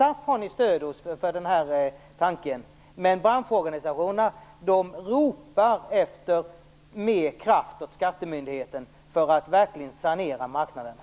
Ni har stöd hos SAF för er tanke, men branschorganisationerna ropar efter mer kraft åt skattemyndigheten för att marknaden verkligen skall kunna saneras.